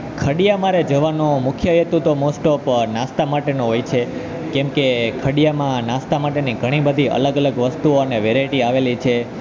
ખડીયા મારે જવાનો મુખ્ય હેતુ તો મોસ્ટ ઓફ નાસ્તા માટેનો હોય છે કેમકે ખડીયામાં નાસ્તા માટેની ઘણીબધી અલગ અલગ વસ્તુઓ અને વેરાયટી આવેલી છે